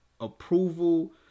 approval